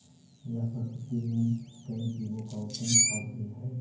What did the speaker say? यह प्राकृतिक मोम कई जीवो का उत्तम खाद्य भी हई